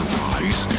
rise